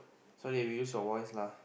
so they will use your voice lah